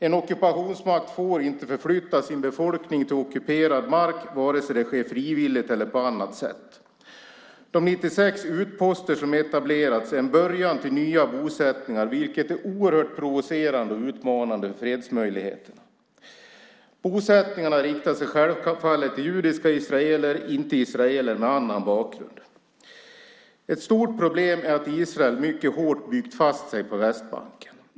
En ockupationsmakt får inte förflytta sin befolkning till ockuperad mark vare sig det sker frivilligt eller det sker på annat sätt. De 96 utposter som etablerats är en början till nya bosättningar, vilket är oerhört provocerande och utmanande för fredsmöjligheterna. Bosättningarna riktar sig självfallet till judiska israeler, inte israeler med annan bakgrund. Ett stort problem är att Israel mycket hårt byggt fast sig på Västbanken.